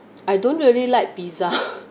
I don't really like pizza